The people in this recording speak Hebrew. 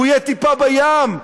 הוא יהיה טיפה בים,